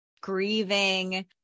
grieving